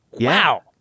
Wow